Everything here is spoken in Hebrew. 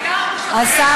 תקראי את השר